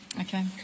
Okay